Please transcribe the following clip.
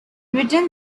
return